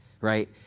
right